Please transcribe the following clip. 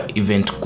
event